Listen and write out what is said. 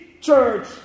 church